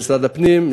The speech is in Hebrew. משרד הפנים,